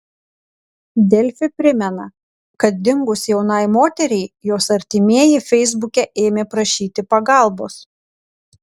delfi primena kad dingus jaunai moteriai jos artimieji feisbuke ėmė prašyti pagalbos